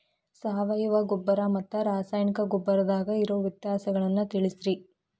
ಸಾವಯವ ಗೊಬ್ಬರ ಮತ್ತ ರಾಸಾಯನಿಕ ಗೊಬ್ಬರದಾಗ ಇರೋ ವ್ಯತ್ಯಾಸಗಳನ್ನ ತಿಳಸ್ರಿ